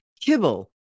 Kibble